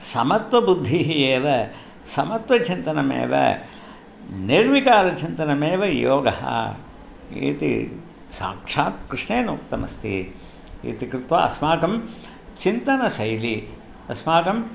समत्वबुद्धिः एव समत्वचिन्तनमेव निर्विकारचिन्तनमेव योगः इति साक्षात् कृष्णेन उक्तमस्ति इति कृत्वा अस्माकं चिन्तनशैली अस्माकम्